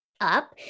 up